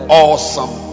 awesome